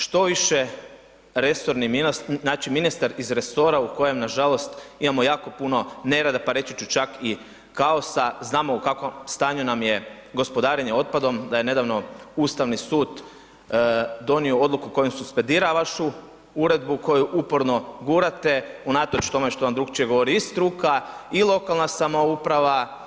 Štoviše, resorni ministar, znači ministar iz resora u kojem nažalost imamo jako puno nerada, pa reći ću čak i kaosa, znamo u kakvom stanju nam je gospodarenje otpadom, da je nedavno Ustavni sud donio odluku kojom suspendira vašu uredbu koju uporno gurate unatoč tome što vam drukčije govori i struka i lokalna samouprava.